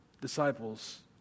disciples